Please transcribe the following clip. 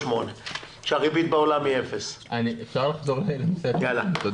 כשהריבית בעולם היא 4.0% אפשר לחזור לנושא הדיון?